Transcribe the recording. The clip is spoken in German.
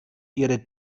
ihre